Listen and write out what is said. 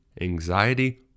anxiety